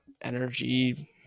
energy